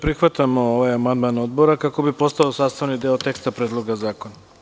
Prihvatam ovaj amandman kako bi postao sastavni deo teksta Predloga zakona.